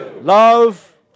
Love